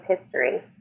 history